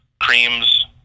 creams